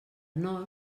nord